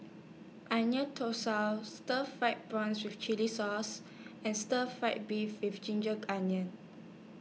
Onion Thosai Stir Fried Prawn with Chili Sauce and Stir Fry Beef with Ginger Onions